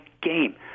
game